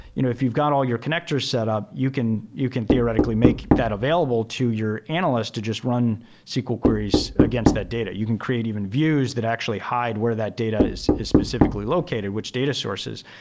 you know if you've got all your connectors set up, you can you can theoretically make that available to your analyst to just run sql queries against that data. you can create even views that actually hide where that data is is specifi cally located, which data sources,